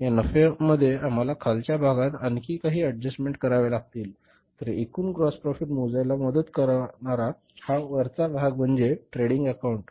या नफ्यामध्ये आम्हाला खालच्या भागात आणखी काही एडजस्टमेंट करावे लागतील तर एकूण ग्राॅस प्रोफिट मोजायला मदत करणारा हा वरचा भाग म्हणजे ट्रेडिंग अकाऊंट